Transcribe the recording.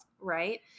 Right